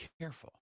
careful